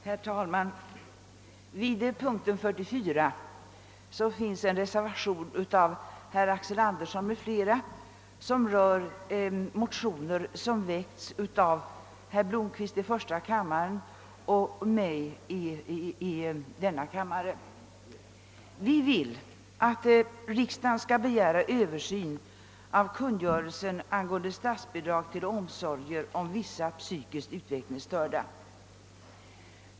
Herr talman! Vid punkten 44 finns en reservation av herr Axel Andersson m.fl. som rör motioner väckta av herr Blomquist i första kammaren och mig i denna kammare. Vi vill att riksdagen skall begära översyn av kungörelsen angående statsbidrag till omsorger om vissa psykiskt utvecklingsstörda.